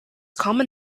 common